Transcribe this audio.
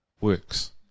works